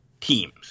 teams